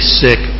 sick